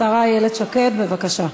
השרה איילת שקד, בבקשה.